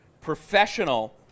professional